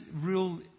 real